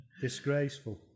disgraceful